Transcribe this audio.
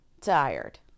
tired